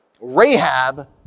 Rahab